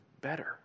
better